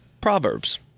Proverbs